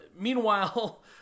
Meanwhile